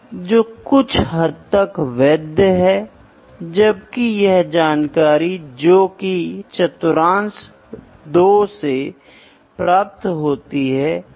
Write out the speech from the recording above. इसलिए जो कुछ भी हम भौतिक चरों के बारे में बात करने की कोशिश कर रहे हैं वह उसका भाग हो सकता है उसका मिश्रण हो सकता है आप देख सकते हैं